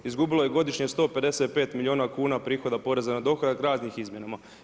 Izgubilo je godišnje 155 milijuna kuna prihoda poreza na dohodak raznim izmjenama.